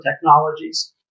Technologies